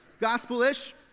Gospel-ish